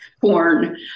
porn